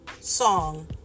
song